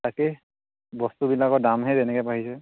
তাকেই বস্তুবিলাকৰ দামহে যেনেকৈ বাঢ়িছে